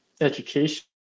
education